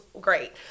great